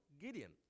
Gideon